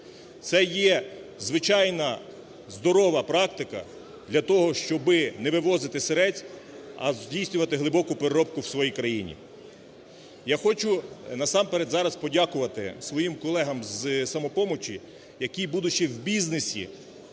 Це є звичайна, здорова практика для того, щоб не вивозити сирець, а здійснювати глибоку переробку в своїй країні. Я хочу насамперед зараз подякувати своїм колегам з "Самопомочі", які, будучи в бізнесі,